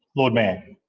lord mayor